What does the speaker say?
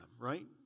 right